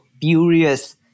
furious